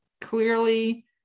clearly